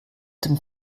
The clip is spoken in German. dem